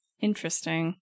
Interesting